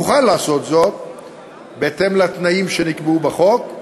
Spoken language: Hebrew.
יוכל לעשות זאת בהתאם לתנאים שנקבעו בחוק,